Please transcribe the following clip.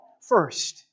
first